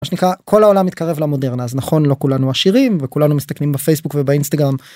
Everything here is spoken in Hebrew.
כל העולם מתקרב למודרן אז נכון לא כולנו עשירים וכולנו מסתכלים בפייסבוק ובאינסטגרם.